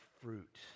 fruit